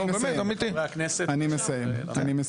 אני מסיים.